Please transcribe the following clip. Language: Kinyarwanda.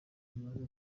ribanza